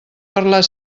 parlar